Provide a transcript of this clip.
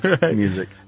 music